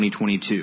2022